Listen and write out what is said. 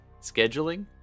scheduling